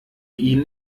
ihn